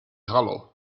hollow